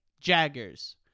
jaggers